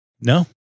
No